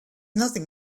nothing